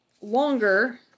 longer